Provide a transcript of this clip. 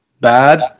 bad